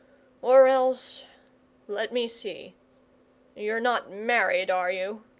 or else let me see you're not married, are you?